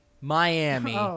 miami